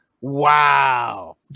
Wow